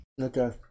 okay